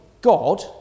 God